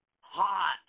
hot